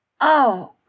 Oh